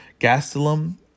gastelum